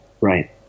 right